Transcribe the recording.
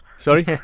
Sorry